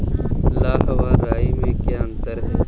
लाह व राई में क्या अंतर है?